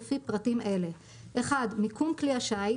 לפי פרטים אלה: מיקום כלי השיט,